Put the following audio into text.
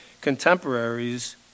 contemporaries